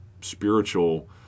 spiritual